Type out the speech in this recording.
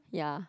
ya